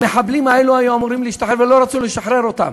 המחבלים האלו היו אמורים להשתחרר ולא רצו לשחרר אותם,